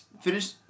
finish